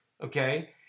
okay